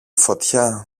φωτιά